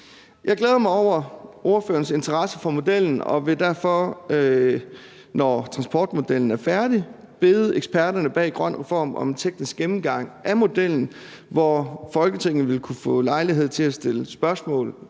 Jeg glæder mig over ordførerens interesse for modellen og vil derfor, når transportmodellen er færdig, bede eksperterne bag GrønREFORM om en teknisk gennemgang af modellen, hvor Folketinget vil kunne få lejlighed til at stille spørgsmål